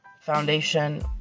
foundation